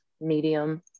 medium